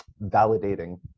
validating